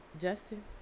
Justin